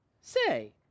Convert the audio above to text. Say